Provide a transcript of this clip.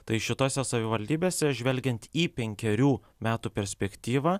tai šitose savivaldybėse žvelgiant į penkerių metų perspektyvą